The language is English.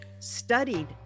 studied